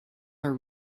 our